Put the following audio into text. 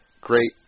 Great